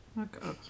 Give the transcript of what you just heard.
Okay